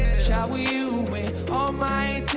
shower you with all my